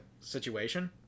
situation